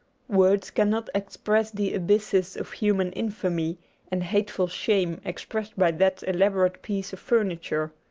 words cannot express the abysses of human infamy and hateful shame expressed by that elaborate piece of furniture.